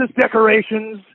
decorations